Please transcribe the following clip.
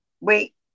wait